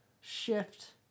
shift